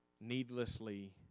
needlessly